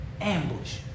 Ambush